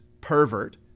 pervert